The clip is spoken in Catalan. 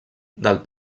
del